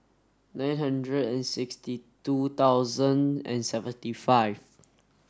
nine hundred and sixty two thousand and seventy five